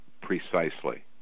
Precisely